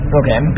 okay